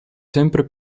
sempre